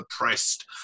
oppressed